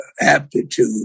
aptitude